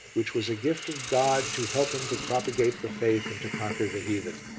which was a gift of god to help him to propagate the faith and to conquer the heathen.